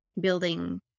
building